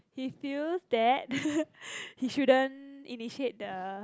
he feels that he shouldn't initiate the